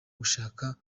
gushaka